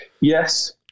Yes